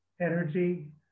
energy